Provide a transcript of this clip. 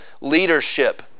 leadership